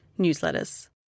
newsletters